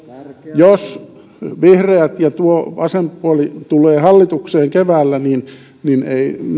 jos vihreät ja tuo vasen puoli tulevat hallitukseen keväällä niin niin